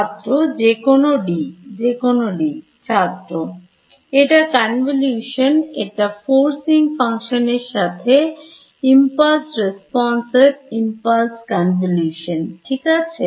ছাত্র যেকোনো D যেকোনো D এটা convolution এটা forcing function এর সাথে impulse response এর impulse convolution ঠিক আছে